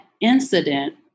incident